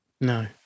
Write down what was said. No